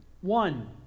one